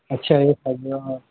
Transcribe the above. اچھا ایک ہزار